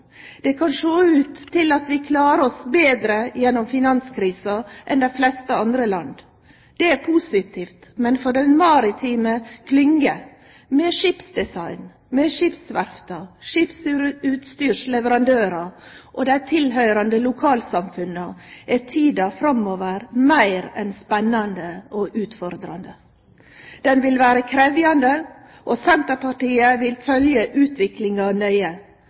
Det kan sjå ut til at vi klarer oss betre gjennom finanskrisa enn dei fleste andre land. Det er positivt, men for den maritime klyngja – med skipsdesign, med skipsverfta, skipsutstyrsleverandørar og dei tilhøyrande lokalsamfunna – er tida framover meir enn spennande og utfordrande. Den vil vere krevjande, og Senterpartiet vil følgje utviklinga nøye.